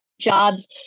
jobs